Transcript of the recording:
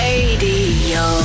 Radio